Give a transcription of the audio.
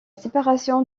séparation